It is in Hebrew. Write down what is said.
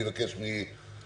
אני אבקש מאפרת,